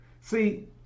See